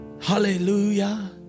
Hallelujah